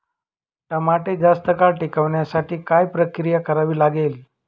टमाटे जास्त काळ टिकवण्यासाठी काय प्रक्रिया करावी लागेल?